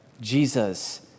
Jesus